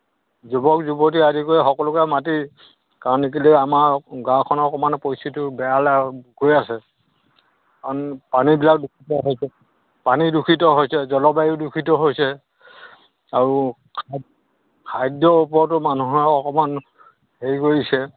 যুৱক যুৱতী আদি কৰি সকলোকে মাতি কাৰণ ইকিদিন আমাৰ গাঁওখনৰ অকণমান পৰিস্থিতিটো বেয়ালৈ গৈ আছে কাৰণ পানীবিলাক বেছি বেয়া হৈছে পানী দূষিত হৈছে জলবায়ু দূষিত হৈছে আৰু খাদ্যৰ ওপৰতো মানুহৰ অকণমান হেৰি কৰিছে